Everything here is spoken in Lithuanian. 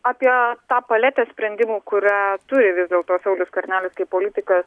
apie tą paletę sprendimų kurią turi vis dėlto saulius skvernelis kaip politikas